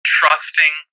trusting